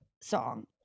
song